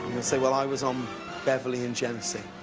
say well, i was on beverly and genesee